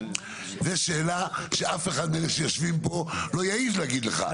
זו שאלה שאף אחד מאלה שיושבים פה לא יעז להגיד לך.